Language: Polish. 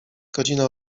godzina